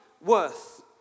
worth